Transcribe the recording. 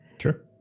Sure